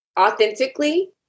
authentically